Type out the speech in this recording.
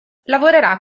lavorerà